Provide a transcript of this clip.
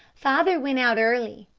father went out early.